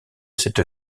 cette